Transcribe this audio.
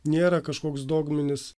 nėra kažkoks dogminis